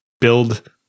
build